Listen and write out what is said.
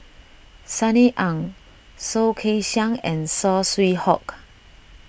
Sunny Ang Soh Kay Siang and Saw Swee Hock